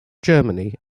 germany